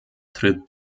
tritt